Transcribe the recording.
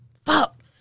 Fuck